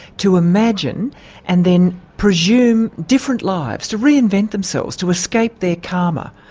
to imagine and then presume different lives, to reinvent themselves, to escape their karma.